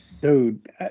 dude